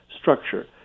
structure